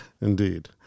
indeed